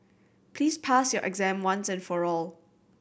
please pass your exam once and for all